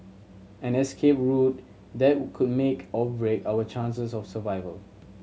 an escape route that could make or break our chances of survival